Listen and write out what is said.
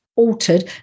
Altered